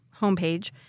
homepage